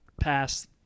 Past